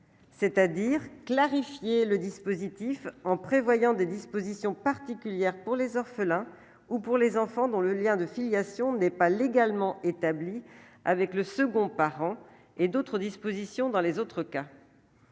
C'est-à-dire clarifier le dispositif en prévoyant des dispositions particulières pour les orphelins ou pour les enfants dans le lien de filiation n'est pas légalement établie avec le second par an et d'autres dispositions dans les autres cas.